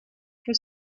for